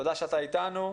תודה שאתה איתנו,